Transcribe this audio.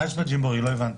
מה יש בג'מבורי לא הבנתי?